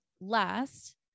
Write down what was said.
last